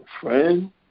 friend